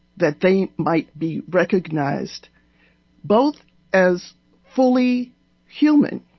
that they might be recognized both as fully human